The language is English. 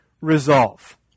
resolve